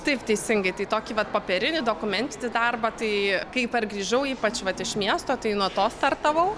taip teisingai tai tokį vat popierinį dokumentinį darbą tai kai pargrįžau ypač vat iš miesto tai nuo to startavau